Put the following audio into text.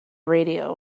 radio